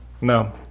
No